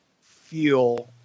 feel